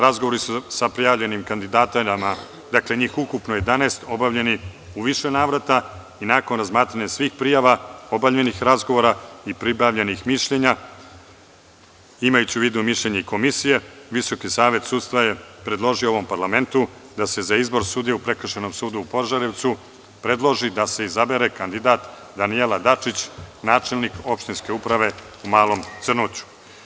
Razgovori sa prijavljenim kandidatima, dakle njih ukupno 11 obavljeni su u više navrata i nakon razmatranja svih prijava obavljenih razgovora i pribavljenih mišljenja, imajući u vidu i mišljenje komisije, VSS je predložio ovom Parlamentu da se za izbor sudija u Prekršajnom sud u Požarevcu, predloži da se izabere kandidat Danijela Dačić, načelnik Opštinske uprave u Malom Crnoću.